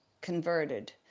converted